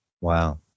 Wow